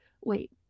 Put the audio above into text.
Wait